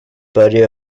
body